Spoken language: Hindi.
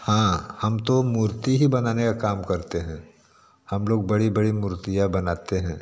हाँ हम तो मूर्ति ही बनाने का काम करते हैं हम लोग बड़ी बड़ी मूर्तियाँ बनाते हैं